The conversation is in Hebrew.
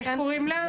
איך קוראים לה?